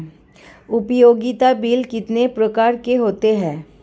उपयोगिता बिल कितने प्रकार के होते हैं?